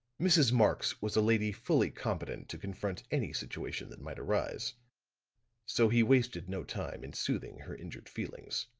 mrs. marx was a lady fully competent to confront any situation that might arise so he wasted no time in soothing her injured feelings.